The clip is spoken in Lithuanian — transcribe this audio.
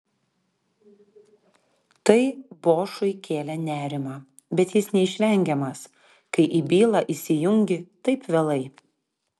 tai bošui kėlė nerimą bet jis neišvengiamas kai į bylą įsijungi taip vėlai